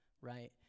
right